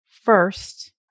first